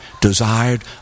desired